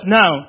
now